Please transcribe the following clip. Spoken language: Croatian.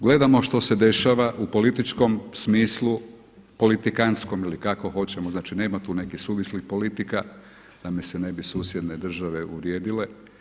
Gledamo što se dešava u političkom smislu, politikanskom ili kako hoćemo, znači nema tu nekakvih suvislih politika da mi se ne bi susjedne države uvrijedile.